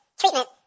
treatment